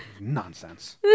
Nonsense